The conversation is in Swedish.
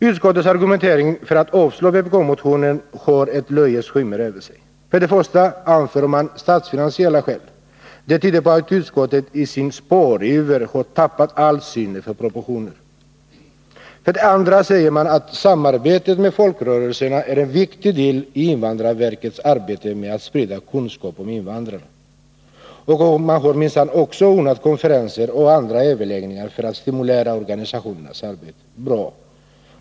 Utskottets argumentering för avslag på vpk-motionen har ett löjets skimmer över sig. För det första anför man statsfinansiella skäl. Det tyder på att utskottet i sin spariver har tappat allt sinne för proportioner. För det andra säger man att samarbetet med folkrörelserna är en viktig del i invandrarverkets arbete med att sprida kunskap om invandrarna. Man har minsann också ordnat konferenser och andra överläggningar för att stimulera organisationernas arbete. Bra!